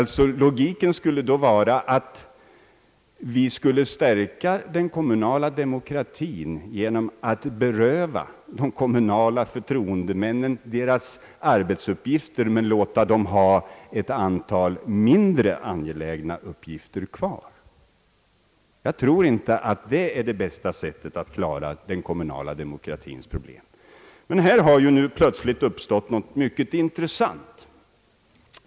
Logiken skulle vara att man skulle stärka den kommunala demokratin genom att beröva de kommunala förtroendemännen flera av deras viktigaste arbetsuppgifter men låta dem vara lika många som förut. Jag tror inte att det är det bästa sättet att klara den kommunala demokratins problem. Men här har plötsligt framkommit något mycket intressant.